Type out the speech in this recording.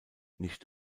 nicht